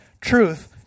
truth